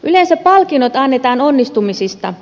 yleensä palkinnot annetaan onnistumisista